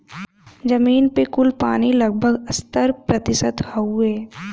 जमीन पे कुल पानी लगभग सत्तर प्रतिशत हउवे